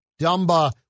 Dumba